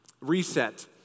Reset